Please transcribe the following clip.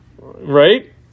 Right